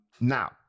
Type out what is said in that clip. Now